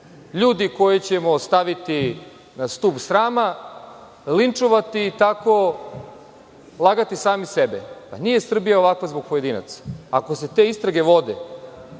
ljudi koje ćemo staviti na stub srama, linčovati i tako lagati sami sebe. Nije Srbija ovakva zbog pojedinaca. Ako se te istrage vode,